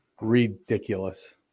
ridiculous